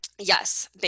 Yes